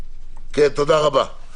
תודה רבה.